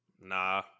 Nah